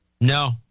No